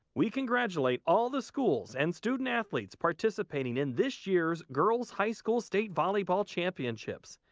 we congratulate all the schools and student athletes participating in this year's girls high school state volleyball championships.